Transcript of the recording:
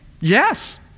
Yes